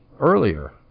earlier